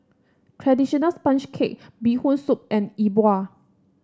traditional sponge cake Bee Hoon Soup and E Bua